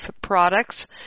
products